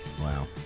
Wow